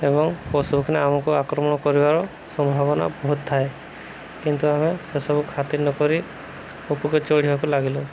ଏବଂ ପଶୁ ଆମକୁ ଆକ୍ରମଣ କରିବାର ସମ୍ଭାବନା ବହୁତ ଥାଏ କିନ୍ତୁ ଆମେ ସେସବୁ ଖାତିର ନକରି ଉପକେ ଚଢ଼ିବାକୁ ଲାଗିଲୁ